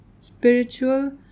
spiritual